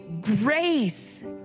grace